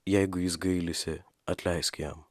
jeigu jis gailisi atleisk jam